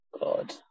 God